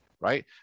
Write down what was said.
right